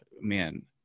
man